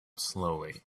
slowly